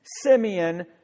Simeon